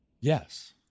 yes